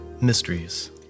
mysteries